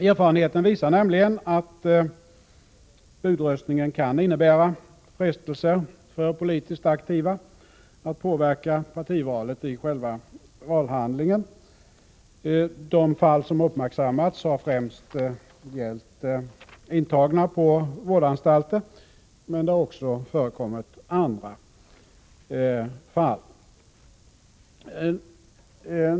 Erfarenheten visar nämligen att budröstningen kan innebära frestelser för politiskt aktiva att påverka partivalet i själva valhandlingen. De fall som uppmärksammats har främst gällt intagna på vårdanstalter, men det har också inträffat andra fall.